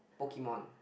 Pokemon